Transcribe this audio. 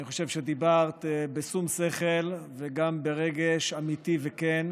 אני חושב שדיברת בשום שכל וגם ברגש אמיתי וכן,